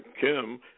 Kim